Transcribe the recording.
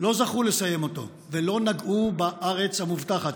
לא זכו לסיים אותו ולא נגעו בארץ המובטחת.